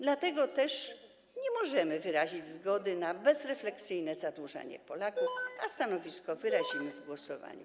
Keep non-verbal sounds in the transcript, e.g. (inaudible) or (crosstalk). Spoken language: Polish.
Dlatego też nie możemy wyrazić zgody na bezrefleksyjne zadłużanie Polaków, a stanowisko (noise) wyrazimy w głosowaniu.